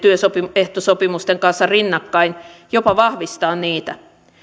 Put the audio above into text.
työehtosopimusten kanssa rinnakkain jopa vahvistaa niitä